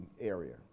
area